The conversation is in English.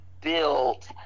built